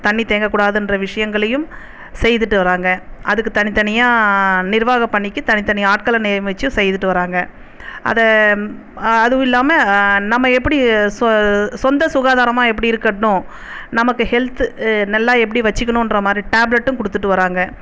தண்ணி தேங்கக்கூடாதுகிற விஷயங்களையும் செய்துகிட்டு வராங்க அதுக்கு தனித்தனியாக நிர்வாக பணிக்கு தனித்தனி ஆட்களை நியமிச்சு செய்துட்டு வராங்க அது அதுவும் இல்லாமல் நம்ம எப்படி சொ சொந்த சுகாதாரமாக எப்படி இருக்கணும் நமக்கு ஹெல்த் நல்லா எப்படி வச்சுக்கணுகிற மாதிரி டேப்லெட்டும் கொடுத்துட்டு வராங்க